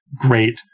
great